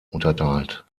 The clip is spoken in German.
unterteilt